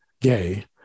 gay